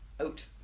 out